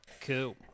Cool